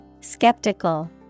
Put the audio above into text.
Skeptical